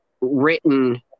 written